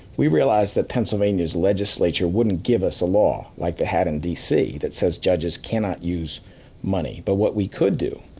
we realized that pennsylvania's legislature wouldn't give us a law, like they had in d. c, that says, judges cannot use money. but, what we could do,